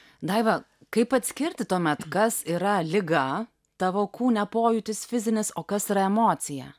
daiva kaip atskirti tuomet kas yra liga tavo kūne pojūtis fizinis o kas yra emocija